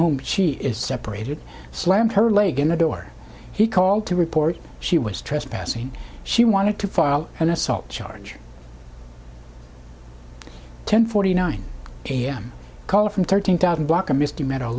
home she is separated slammed her leg in a door he called to report she was trespassing she wanted to file an assault charge ten forty nine a m call from thirteen thousand block of misty me